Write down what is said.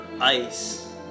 ice